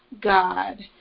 God